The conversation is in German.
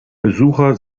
besucher